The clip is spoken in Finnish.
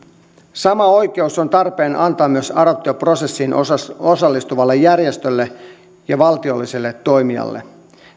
sama oikeus on tarpeen antaa myös adoptioprosessiin osallistuvalle järjestölle ja valtiolliselle toimijalle